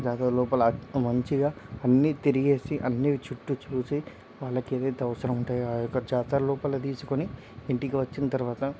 జాతర లోపల మంచిగా అన్నీ తిరిగేసి అన్నీ చుట్టూ చూసి వాళ్ళకి ఏదయితే అవసరం ఉంటాయో ఆ యొక్క జాతర లోపల తీసుకొని ఇంటికి వచ్చిన తర్వాత